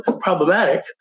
problematic